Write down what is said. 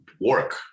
work